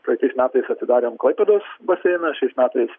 praeitais metais atidarėm klaipėdos baseiną šiais metais